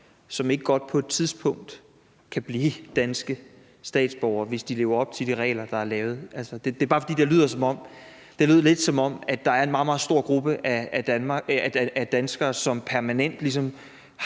som ikke godt på et tidspunkt kan blive danske statsborgere, hvis de lever op til de regler, der er lavet. Det er bare, fordi det lød lidt som om, at der er en meget, meget stor gruppe af danskere, som permanent